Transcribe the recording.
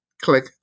click